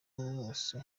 wose